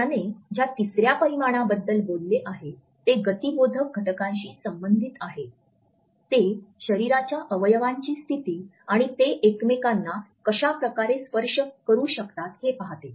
त्याने ज्या तिसऱ्या परिमाणांबद्दल बोलले आहे ते गतिबोधक घटकांशी संबंधित आहे ते शरीराच्या अवयवांची स्थिती आणि ते एकमेकांना कशा प्रकारे स्पर्श करू शकतात हे पाहते